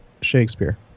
Shakespeare